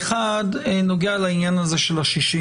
אחת נוגעת לעניין ה-61.